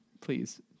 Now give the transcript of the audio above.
Please